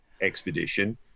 expedition